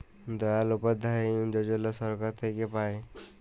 দয়াল উপাধ্যায় যজলা ছরকার থ্যাইকে পায়